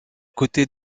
côtés